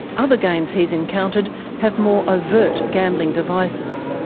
other games he's encountered have more overt gambling devices.